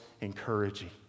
encouraging